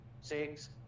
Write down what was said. Six